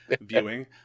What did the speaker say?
viewing